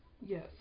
Yes